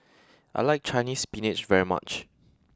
I like Chinese spinach very much